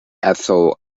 ethel